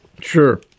sure